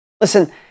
Listen